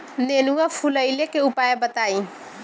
नेनुआ फुलईले के उपाय बताईं?